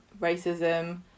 racism